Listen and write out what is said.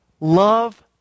Love